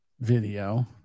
video